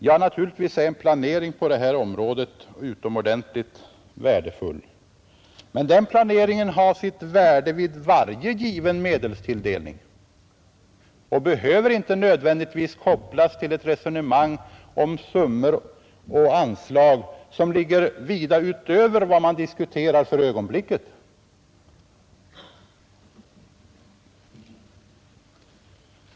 Ja, naturligtvis är en planering på detta område utomordentligt värdefull, men den planeringen har sitt värde vid varje given medelstilldelning och behöver inte nödvändigtvis kopplas till ett resonemang om summor och anslag som ligger vida utöver vad man diskuterar för ögonblicket.